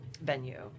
venue